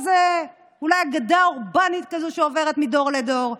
אולי אגדה אורבנית שעוברת מדור לדור.